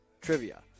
trivia